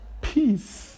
Peace